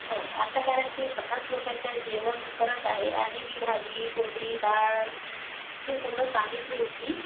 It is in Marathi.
हो का आत्ता कारण की मी पन्नास लोकांचा जेवण करत आहे आणि मी भाजी पोळी डाळ हे सगळं सांगितली होती